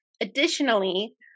Additionally